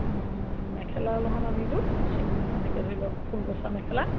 মেখেলা অলপমান আনিলোঁ এনেকৈ ধৰি লওক ফুল বচা মেখেলা